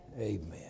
Amen